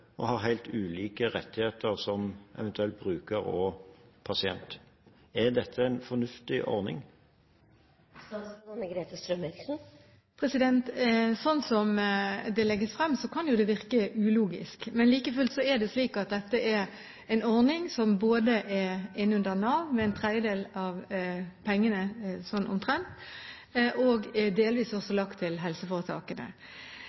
og har helt ulike rettigheter som eventuelt bruker og pasient, er en fornuftig ordning? Slik som det legges frem, kan det jo virke ulogisk. Men like fullt er det slik at dette er en ordning som både er lagt inn under Nav – med en tredjedel av pengene, sånn omtrent – og delvis